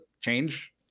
change